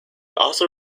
also